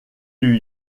lui